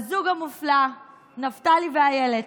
הזוג המופלא נפתלי ואילת,